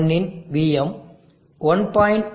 1 இன் VM 1